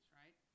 right